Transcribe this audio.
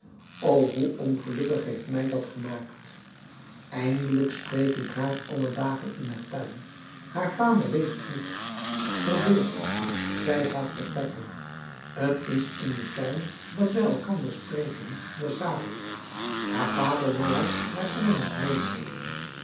o hoe ongelukkig heeft mij dat gemaakt eindelijk spreek ik haar alle dagen in haar tuin haar vader weet het niet verbeeld u zij gaan vertrekken t is in den tuin dat wij elkander spreken des avonds haar vader wil haar naar engeland medenemen